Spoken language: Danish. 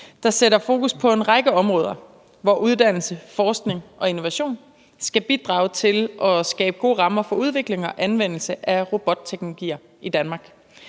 der sætter fokus på en række områder, hvor uddannelse, forskning og innovation skal bidrage til at skabe gode rammer for udvikling og anvendelse af robotteknologier i Danmark.